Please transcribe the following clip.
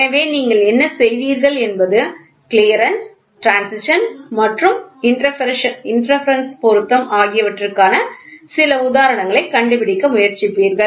எனவே நீங்கள் என்ன செய்வீர்கள் என்பது கிளியரன்ஸ் ட்ரான்சிடின் மற்றும் இன்டர்பெரென்ஸ் பொருத்தம் ஆகியவற்றுக்கான சில உதாரணங்களைக் கண்டுபிடிக்க முயற்சிப்பீர்கள்